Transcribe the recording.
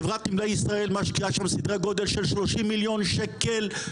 חברת נמלי ישראל משקיעה בסדרי גודל של 30 מיליון שקל.